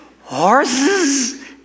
horses